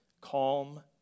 calm